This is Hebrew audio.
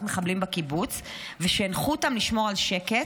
מחבלים בקיבוץ ושהנחו אותם לשמור על שקט,